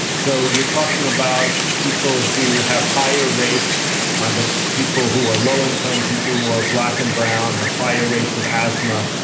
so you're talking about people who have higher rates. the people who are low income. people who are black and brown. have higher rates of asthma,